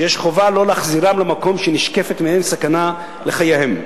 שיש חובה לא להחזירם למקום שנשקפת בו סכנה לחייהם,